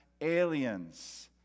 aliens